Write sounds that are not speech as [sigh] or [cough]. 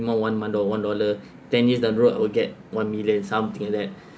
month one dol~ one dollar ten years down the road will get one million something like that [breath]